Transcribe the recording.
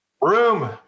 Room